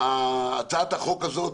הצעת החוק הזאת,